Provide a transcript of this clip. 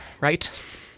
right